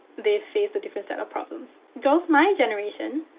they face a different set of problems. girls my generation,